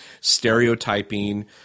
stereotyping